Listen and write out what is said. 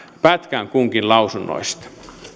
pätkän kunkin lausunnoista